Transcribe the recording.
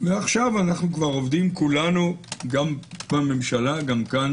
ועכשיו עובדים כולנו גם בממשלה, גם כאן